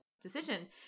decision